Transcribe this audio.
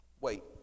wait